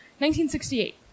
1968